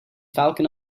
falcon